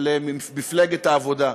של מפלגת העבודה.